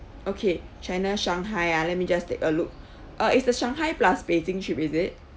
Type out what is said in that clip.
okay china shanghai ah let me just take a look uh is the shanghai plus beijing trip is it